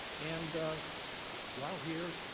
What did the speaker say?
and while here,